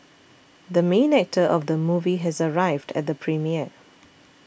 the main actor of the movie has arrived at the premiere